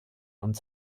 und